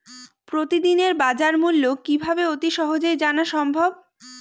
প্রতিদিনের বাজারমূল্য কিভাবে অতি সহজেই জানা সম্ভব?